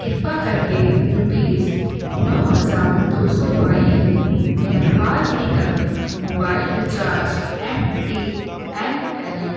ਕ੍ਰਿਪਾ ਕਰਕੇ ਰੁਪੀਸ ਨੌ ਹਜ਼ਾਰ ਦੋ ਸੌ ਬਾਈ ਲਈ ਮੇਰਾ ਹਾਲ ਹੀ ਦਾ mobile recharge M T N L